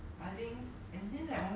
ya technically ya